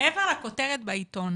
מעבר לכותרת בעיתון